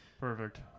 Perfect